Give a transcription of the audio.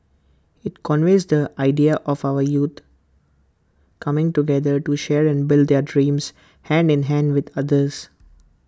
IT conveys the ideal of our youth coming together to share and build their dreams hand in hand with others